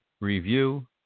review